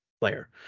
player